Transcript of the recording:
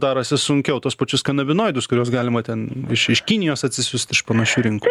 darosi sunkiau tuos pačius kanabinoidus kuriuos galima ten iš iš kinijos atsisiųst iš panašių rinkų